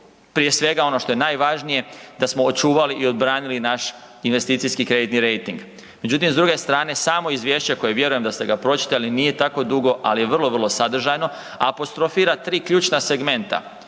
prije svega ono što je najvažnije da smo očuvali i odbranili naš investicijski kreditni rejting. Međutim, s druge strane samo izvješće koje vjerujem da ste ga pročitali, nije tako dugo, ali je vrlo, vrlo sadržajno. Apostrofira tri ključna segmenta.